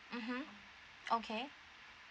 mmhmm okay